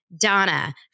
Donna